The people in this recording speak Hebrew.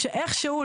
איכשהו,